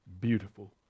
beautiful